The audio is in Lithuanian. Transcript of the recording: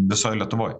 visoj lietuvoj